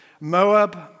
Moab